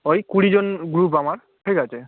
ওই কুড়িজন গ্রুপ আমার ঠিক আছে